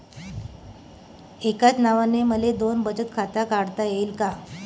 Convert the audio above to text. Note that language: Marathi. एकाच नावानं मले दोन बचत खातं काढता येईन का?